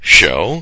show